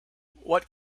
what